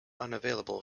unavailable